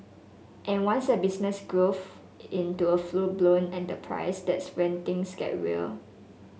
and once a business grows into a full blown enterprise that's when things get real